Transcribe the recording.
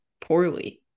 poorly